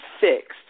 fixed